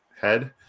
head